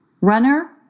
Runner